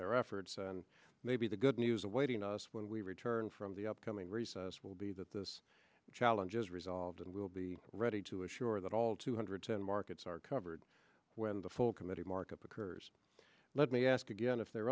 their efforts and maybe the good news awaiting us when we return from the upcoming recess will be that this challenge is resolved and we will be ready to assure that all two hundred ten markets are covered when the full committee markup occurs let me ask again if there are